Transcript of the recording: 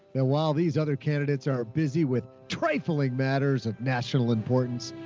ah while these other candidates are busy with trifling matters of national importance,